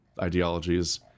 ideologies